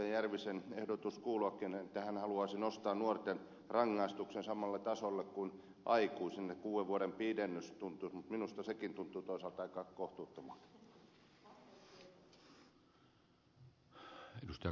järvisen ehdotus kuuluakin että hän haluaisi nostaa nuorten rangaistuksen samalle tasolle kuin aikuisen kuuden vuoden pidennys mutta minusta sekin tuntuu toisaalta aika kohtuuttomalta